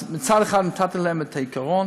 אז מצד אחד נתתי להם את העיקרון,